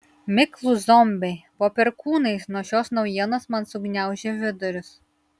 miklūs zombiai po perkūnais nuo šios naujienos man sugniaužė vidurius